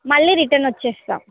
మళ్ళీ రిటర్న్ వచ్చేస్తాం